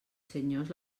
senyors